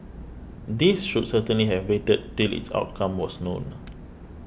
these should certainly have waited till its outcome was known